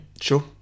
Sure